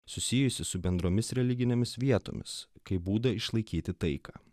susijusį su bendromis religinėmis vietomis kaip būdą išlaikyti taiką